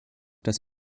das